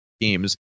teams